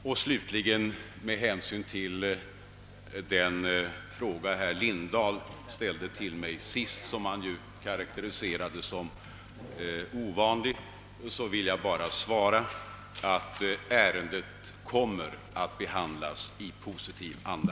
På den fråga som herr Lindahl avslutningsvis ställde till mig — och som han karakteriserade som ovanlig — vill jag bara svara att ärendet kommer att behandlas i positiv anda.